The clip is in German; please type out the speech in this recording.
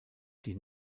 die